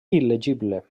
il·legible